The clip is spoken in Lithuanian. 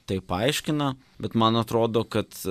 tai paaiškina bet man atrodo kad